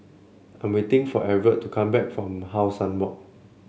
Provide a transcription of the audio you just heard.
I'm waiting for Everett to come back from How Sun Walk